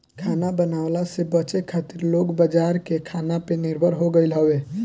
खाना बनवला से बचे खातिर लोग बाजार के खाना पे निर्भर हो गईल हवे